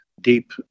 deep